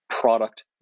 product